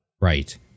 Right